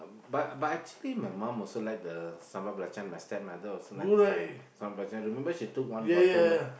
but but actually my mom also like the sambal belacan my stepmother also like the sambal sambal belacan remember she took one bottle back